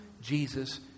Jesus